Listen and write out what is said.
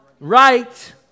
right